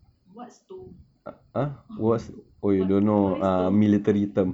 what's toh what is toh